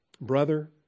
Brother